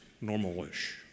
normal-ish